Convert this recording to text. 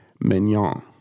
Mignon